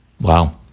Wow